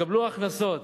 התקבלו הכנסות,